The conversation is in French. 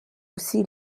aussi